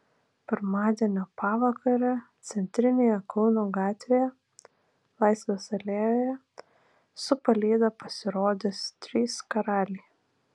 pirmadienio pavakarę centrinėje kauno gatvėje laisvės alėjoje su palyda pasirodys trys karaliai